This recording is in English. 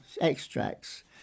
extracts